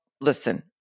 listen